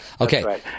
Okay